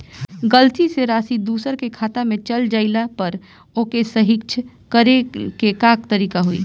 गलती से राशि दूसर के खाता में चल जइला पर ओके सहीक्ष करे के का तरीका होई?